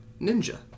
Ninja